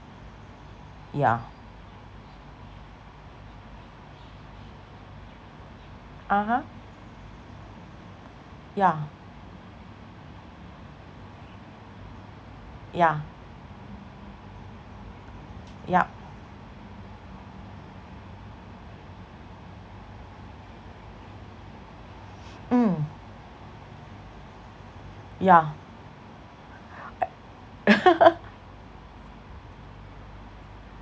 yeah (uh huh) yeah yeah yup mm yeah